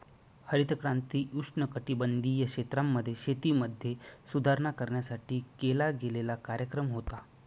हरित क्रांती उष्णकटिबंधीय क्षेत्रांमध्ये, शेतीमध्ये सुधारणा करण्यासाठी केला गेलेला कार्यक्रम होता